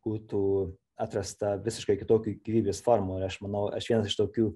būtų atrasta visiškai kitokių gyvybės formų ir aš manau aš vienas iš tokių